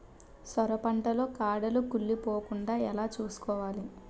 సొర పంట లో కాడలు కుళ్ళి పోకుండా ఎలా చూసుకోవాలి?